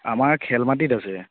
আমাৰ খেলমাটিত আছে